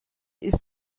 ist